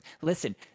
Listen